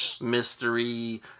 mystery